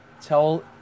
tell